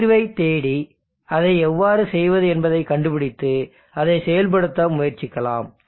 தீர்வைத் தேடி அதை எவ்வாறு செய்வது என்பதைக் கண்டுபிடித்து அதை செயல்படுத்த முயற்சிக்கலாம்